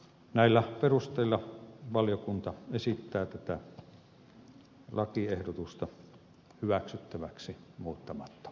näillä perusteilla valiokunta esittää tätä lakiehdotusta hyväksyttäväksi muuttamattomana